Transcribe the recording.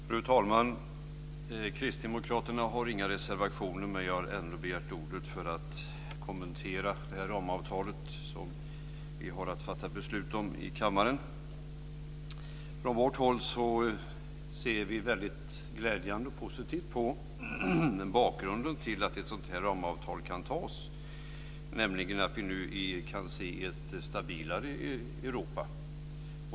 Fru talman! Kristdemokraterna har inga reservationer, men jag har ändå begärt ordet för att kommentera det ramavtal som vi ska fatta beslut om i kammaren. Vi tycker att bakgrunden till att vi kan fatta beslut om ett sådant här ramavtal är glädjande och positiv, nämligen att vi nu kan se ett stabilare Europa.